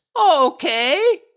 Okay